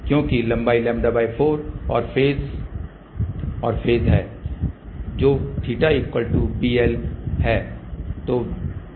क्योंकि लंबाई λ4 और फेज है जो θβl है